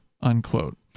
unquote